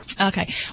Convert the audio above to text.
Okay